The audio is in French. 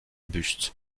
buste